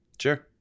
Sure